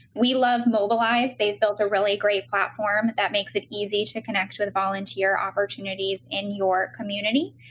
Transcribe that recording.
we love mobilize. they've built a really great platform that makes it easy to connect with volunteer opportunities in your community.